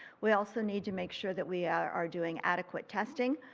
we also need to make sure that we are doing adequate testing.